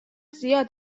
زیاد